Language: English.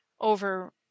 over